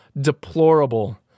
deplorable